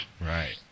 Right